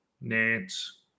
Nance